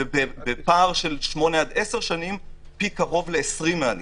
ובפער של 8 עד 10 שנים פי קרוב ל-20 מהנדרש,